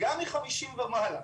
וגם מגיל 50 ומעלה,